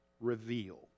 reveal